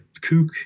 kook